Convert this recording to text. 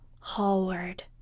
Hallward